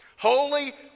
Holy